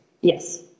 yes